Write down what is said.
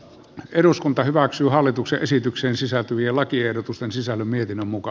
eduskunta hyväksyy hallituksen esitykseen sisältyviä lakiehdotusten sisällön mietinnön muka